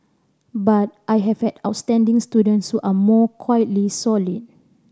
but I have had outstanding students who are more quietly solid